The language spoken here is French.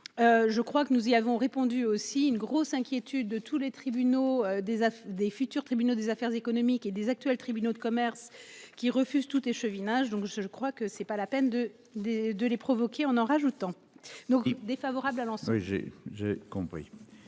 Je crois que nous y avons répondu aussi une grosse inquiétude de tous les tribunaux des des futurs tribunaux des affaires économiques et des actuels, tribunaux de commerce qui refuse toute échevinat je donc je crois que c'est pas la peine de, des, de les provoquer en en rajoutant donc défavorable avant. Oui j'ai j'ai compris